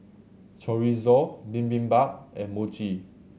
Chorizo Bibimbap and Mochi